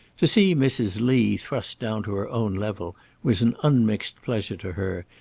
to see mrs. lee thrust down to her own level was an unmixed pleasure to her,